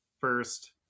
first